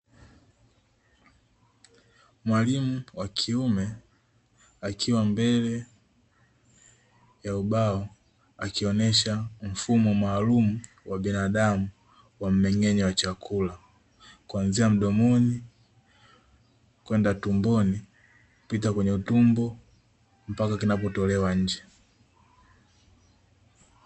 Mwalimu wa kiume akiwa mbele ya ubao akionesha mfumo maalumu wa binadamu wa mmeng'enyo wa chakula, kuanzia mdomo kwenda tumboni kupitia kwenye utumbo mpaka kinapotolewa nje.